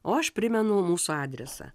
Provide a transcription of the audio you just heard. o aš primenu mūsų adresą